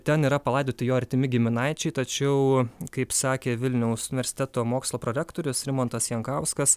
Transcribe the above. ten yra palaidoti jo artimi giminaičiai tačiau kaip sakė vilniaus universiteto mokslo prorektorius rimantas jankauskas